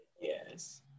yes